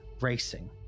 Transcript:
racing